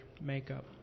makeup